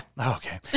Okay